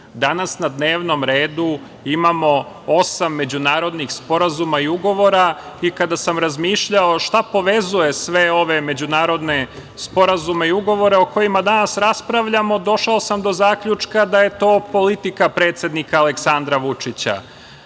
danas na dnevnom redu imamo osam međunarodnih sporazuma i ugovora i kada sam razmišljao šta povezuje sve ove međunarodne sporazume i ugovore o kojima danas raspravljamo, došao sam do zaključka da je to politika predsednika Aleksandra Vučića,